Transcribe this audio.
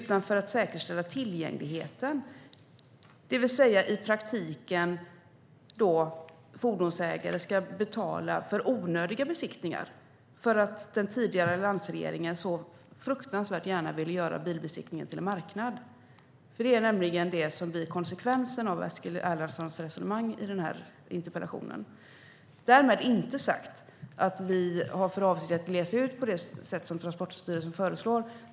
Det vill säga att fordonsägare i praktiken ska betala för onödiga besiktningar för att den tidigare landsregeringen så gärna ville göra bilbesiktningen till en marknad. Det är nämligen detta som blir konsekvensen av Eskil Erlandssons resonemang i interpellationen. Därmed är inte sagt att vi har för avsikt att glesa ut på det sätt som Transportstyrelsen föreslår.